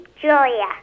Julia